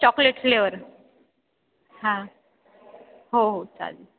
chocolate flavour हां हो हो चालेल